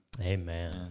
Amen